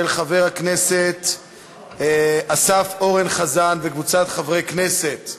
של חבר הכנסת אסף אורן חזן וקבוצת חברי הכנסת,